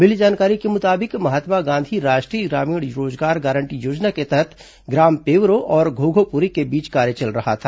मिली जानकारी के मुताबिक महात्मा गांधी राष्ट्रीय ग्रामीण रोजगार गारंटी योजना के तहत ग्राम पेवरो और घोघोपुरी के बीच कार्य चल रहा था